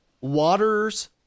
Waters